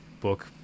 book